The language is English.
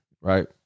right